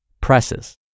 presses